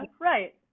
right